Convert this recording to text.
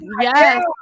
Yes